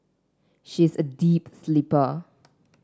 she is a deep sleeper